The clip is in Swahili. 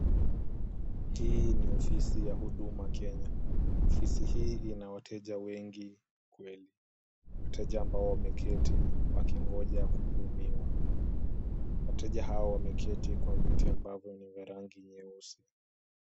Hii ni ofisi ya Huduma Kenya. Ofisi hii ina wateja wengi kweli. Wateja ambao wameketi wakingoja kuhudumiwa. Wateja hao wameketi kwa viti ambavyo ni vya rangi nyeusi.